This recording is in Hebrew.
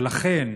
ולכן,